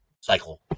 cycle